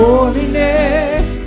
Holiness